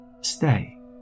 Stay